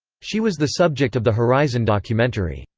she was the subject of the horizon documentary,